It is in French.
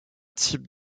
type